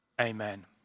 Amen